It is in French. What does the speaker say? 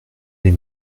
les